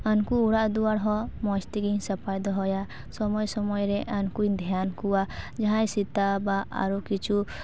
ᱟᱱᱠᱩ ᱚᱲᱟᱜ ᱫᱩᱭᱟᱹᱨ ᱦᱚᱸ ᱢᱚᱡᱽ ᱛᱮᱜᱮᱧ ᱥᱟᱯᱷᱟ ᱫᱚᱦᱚᱭᱟ ᱥᱳᱢᱳᱭ ᱥᱳᱢᱳᱭ ᱨᱮ ᱩᱱᱠᱩᱧ ᱫᱷᱮᱭᱟᱱ ᱠᱚᱣᱟ ᱡᱟᱦᱟᱭ ᱥᱮᱛᱟ ᱵᱟ ᱟᱨᱚ ᱠᱤᱪᱷᱩ